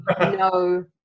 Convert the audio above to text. no